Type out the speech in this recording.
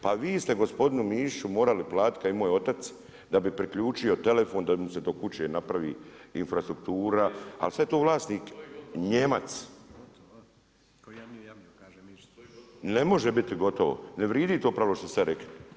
Pa vi ste gospodine Mišiću morali platiti ka i moj otac da bi priključio telefon, da mu se do kuće napravi infrastruktura ali sve je to vlasnik Nijemac. … [[Upadica sa strane, ne čuje se.]] Ne može biti gotovo, ne vridi to pravilo što ste sad rekli.